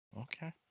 Okay